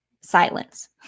silence